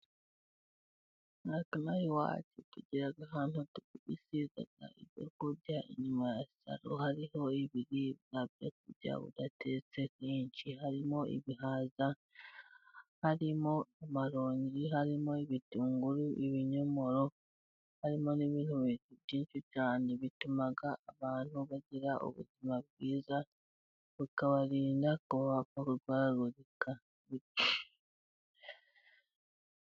Natwe ino aha iwacu, tugira ahantu tugurishiriza ibyo kurya, inyuma ya salo hariho ibiribwa byo kurya udatetse byinshi harimo ibihaza, harimo amaronji harimo ibitunguru, ibinyomoro harimo n'ibintu byinshi cyane bituma abantu bagira ubuzima bwiza, bukabarinda kuba......